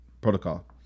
protocol